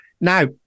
Now